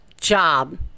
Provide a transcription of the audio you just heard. job